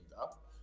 up